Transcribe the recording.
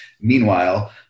meanwhile